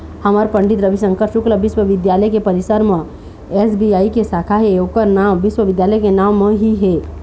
हमर पंडित रविशंकर शुक्ल बिस्वबिद्यालय के परिसर म एस.बी.आई के साखा हे ओखर नांव विश्वविद्यालय के नांव म ही है